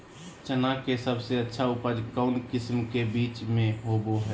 चना के सबसे अच्छा उपज कौन किस्म के बीच में होबो हय?